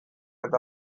eta